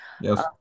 Yes